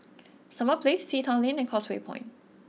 Summer Place Sea Town Lane and Causeway Point